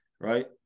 right